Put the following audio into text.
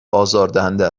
آزاردهنده